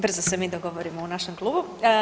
Brzo se mi dogovorimo u našem klubu.